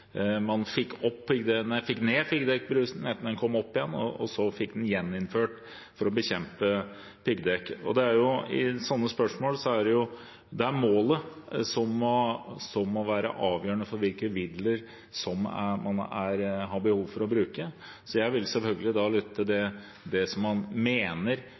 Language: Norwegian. fikk ned piggdekkbruken, og så gikk den opp igjen, og så fikk man gjeninnført avgiften for å bekjempe piggdekk. I slike spørsmål er det målet som må være avgjørende for hvilke midler man har behov for å bruke, så jeg vil selvfølgelig lytte til det man mener lokalt i Trondheim om hva som